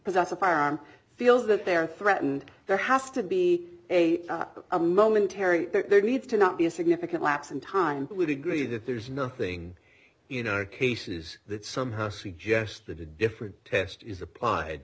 possess a firearm feels that they are threatened there has to be a a momentary there needs to not be a significant lapse in time i would agree that there's nothing you know cases that somehow suggest that a different test is applied